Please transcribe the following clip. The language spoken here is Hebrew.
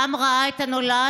העם ראה את הנולד,